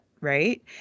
right